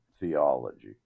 theology